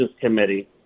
Committee